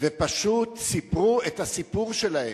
ופשוט סיפרו את הסיפור שלהם,